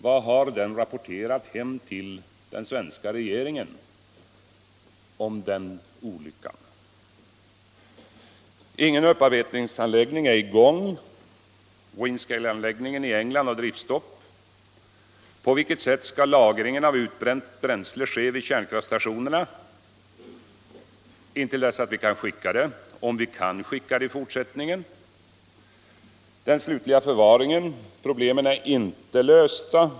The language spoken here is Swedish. Vad har den rapporterat hem till svenska regeringen om den olyckan? Ingen upparbetningsanläggning är i gång. Windscaleanläggningen i England har driftstopp. På vilket sätt skall lagringen av utbränt bränsle ske vid kärnkraftsstationerna intill dess att vi kan skicka det — om vi kan skicka det till upparbetning i fortsättningen? Vad gäller den slutliga förvaringen är problemen inte lösta.